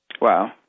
Wow